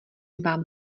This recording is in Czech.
vám